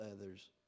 others